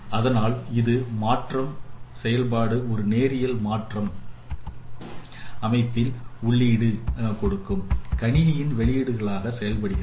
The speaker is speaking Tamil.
அதனால் இது மாற்றும் செயல்பாடுஒரு நேரியல் மாற்ற அமைப்பின் உள்ளீட்டை கொடுக்கும் கணினியின் வெளியீடுகளாக செயல்படுகிறது